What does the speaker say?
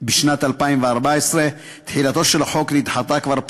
בשנת 2014 תחילתו של החוק נדחתה כבר פעמיים,